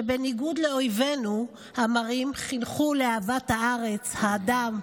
שבניגוד לאויבינו המרים, חינכו לאהבת הארץ, האדם,